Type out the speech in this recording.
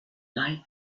night